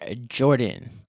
Jordan